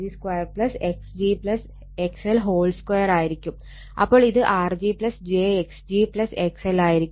അപ്പോൾ ഇത് Rg j x g XL ആയിരിക്കും